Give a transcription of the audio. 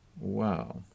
Wow